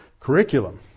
Curriculum